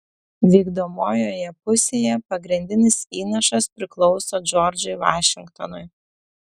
vykdomojoje pusėje pagrindinis įnašas priklauso džordžui vašingtonui